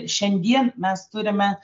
šiandien mes turime